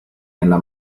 nella